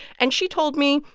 and she told me,